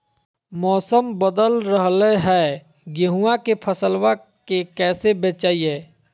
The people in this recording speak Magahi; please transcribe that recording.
मौसम बदल रहलै है गेहूँआ के फसलबा के कैसे बचैये?